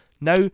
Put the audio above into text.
Now